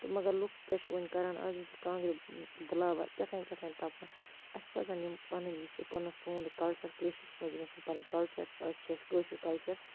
تہٕ مگر لُکھ کیٛاہ چھِ وۄنۍ کَران آز یِم چھِ کانٛگرِ بُلاوَر کیٛاہ تھام کیٛاہ تھام تَپان اَسہِ پَزَن یِم پَںںٕۍ یُس یہِ پنُن سون یہِ کلچر کٲشرِس منٛز یِم اَسہِ یِم پَننٕۍ کلچر أ چھِ اَسہِ کٲشُر کلچر